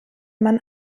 man